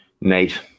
Nate